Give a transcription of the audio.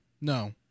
No